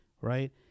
right